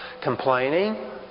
complaining